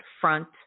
front